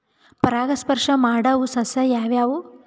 ಪರಾಗಸ್ಪರ್ಶ ಮಾಡಾವು ಸಸ್ಯ ಯಾವ್ಯಾವು?